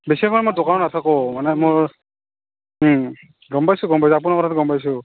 বেছিভাগ মই দোকানত নাথাকোঁ মানে মোৰ ওম গম পাইছোঁ গম পাইছোঁ আপোনাৰ কথাটো গম পাইছোঁ